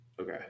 Okay